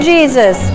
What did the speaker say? Jesus